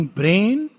brain